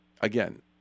Again